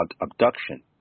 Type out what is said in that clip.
abduction